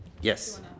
Yes